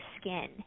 skin